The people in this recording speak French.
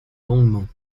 longuement